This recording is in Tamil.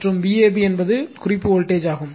மற்றும் Vab என்பது குறிப்பு வோல்டேஜ் ஆகும்